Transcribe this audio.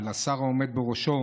לשר העומד בראשו